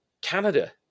Canada